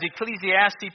Ecclesiastes